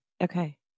Okay